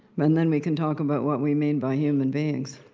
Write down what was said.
then then we can talk about what we mean by human beings,